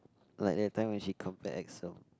like that time when she comfort Axel